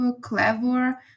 clever